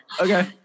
okay